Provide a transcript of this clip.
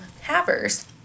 havers